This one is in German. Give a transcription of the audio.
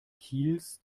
kiels